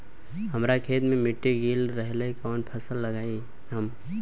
हमरा खेत के मिट्टी गीला रहेला कवन फसल लगाई हम?